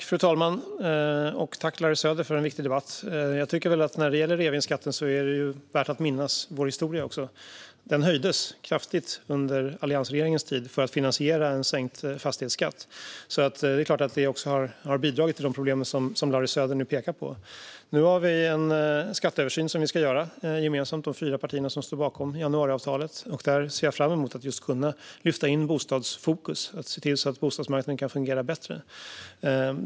Fru talman! Tack, Larry Söder, för en viktig debatt! När det gäller reavinstskatten tycker jag väl att det är värt att minnas vår historia också. Den höjdes kraftigt under alliansregeringens tid för att finansiera en sänkt fastighetsskatt. Det är klart att det också har bidragit till de problem som Larry Söder nu pekar på. Nu ska vi fyra partier som står bakom januariavtalet gemensamt göra en skatteöversyn. Där ser jag fram emot att kunna lyfta in ett bostadsfokus och se till att bostadsmarknaden kan fungera bättre.